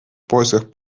поисках